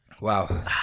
Wow